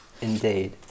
Indeed